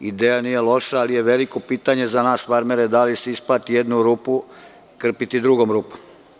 Ideja nije loša, ali je veliko pitanje za nas farmere da li se isplati jednu rupu krpiti drugom rupom?